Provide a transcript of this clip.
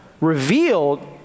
revealed